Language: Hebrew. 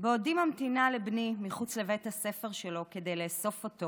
בעודי ממתינה לבני מחוץ לבית הספר שלו כדי לאסוף אותו